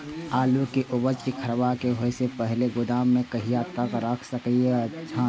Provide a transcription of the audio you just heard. आलु के उपज के खराब होय से पहिले गोदाम में कहिया तक रख सकलिये हन?